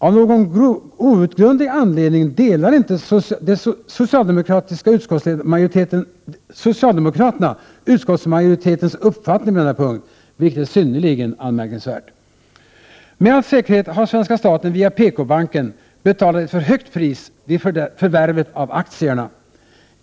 Av någon outgrundlig anledning delar inte socialdemokraterna utskottsmajoritetens uppfattning på denna punkt, vilket är synnerligen anmärkningsvärt. Med all säkerhet har svenska staten via PKbanken betalat ett för högt pris vid förvärvet av aktierna.